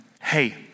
hey